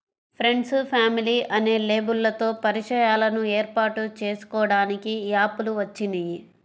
friends, family అనే లేబుల్లతో పరిచయాలను ఏర్పాటు చేసుకోడానికి యాప్ లు వచ్చినియ్యి